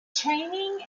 training